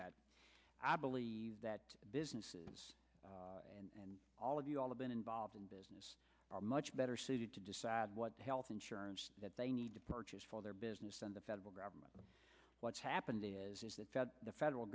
that i believe that businesses and all of you all have been involved in business are much better suited to decide what health insurance that they need to purchase for their business and the federal government what's happened is that the federal